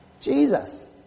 Jesus